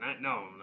No